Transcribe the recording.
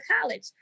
college